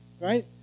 right